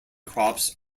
crops